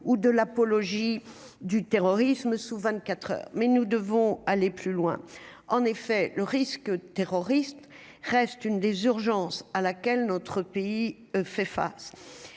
ou de l'apologie du terrorisme sous 24 heures mais nous devons aller plus loin en effet le risque terroriste reste une des urgences à laquelle notre pays fait face,